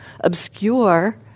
obscure